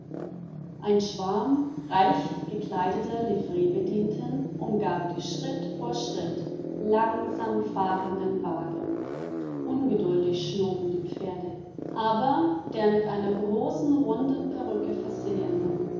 ein schwarm reichgekleideter livreebedienten umgab die schritt vor schritt langsam fahrenden wagen ungeduldig schnoben die pferde aber der mit einer großen runden perücke versehene